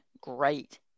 great